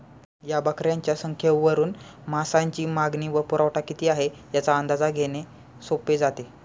या बकऱ्यांच्या संख्येवरून मांसाची मागणी व पुरवठा किती आहे, याचा अंदाज घेणे सोपे जाते